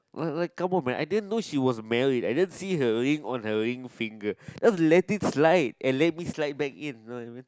like like come one man I didn't know she was married I didn't see her ring on her ring finger let it slide and let it slide back in you know I mean